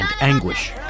anguish